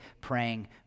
praying